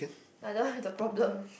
I don't have the problem